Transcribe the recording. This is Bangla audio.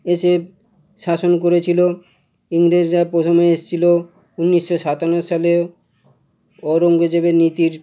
এসে শাসন করেছিল ইংরেজরা প্রথমে এসেছিল উনিশশো সাতান্ন সালে ঔরঙ্গজেবের নীতির